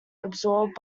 absorbed